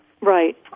Right